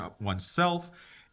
oneself